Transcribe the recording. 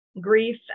grief